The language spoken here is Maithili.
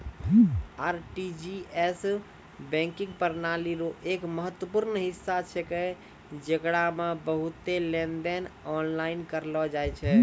आर.टी.जी.एस बैंकिंग प्रणाली रो एक महत्वपूर्ण हिस्सा छेकै जेकरा मे बहुते लेनदेन आनलाइन करलो जाय छै